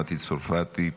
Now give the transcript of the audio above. מטי צרפתי,